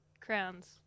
crowns